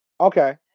Okay